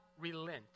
relent